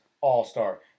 all-star